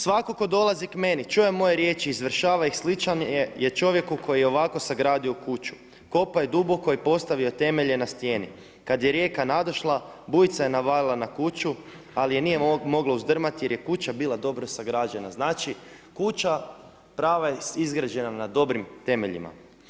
Svatko tko dolazi k meni čuje moje riječi izvršava ih, sličan je čovjeku koji je ovako sagradio kuću, kopao je duboko i postavio temelje na stijeni, kad je rijeka nadošla, bujica je navalila na kuću, ali je nije moglo uzdrmati jer je kuća bila dobro sagrađena.“ Znači, kuća prava je izgrađena na dobrim temeljima.